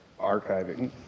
archiving